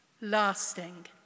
lasting